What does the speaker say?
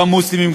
גם מוסלמים,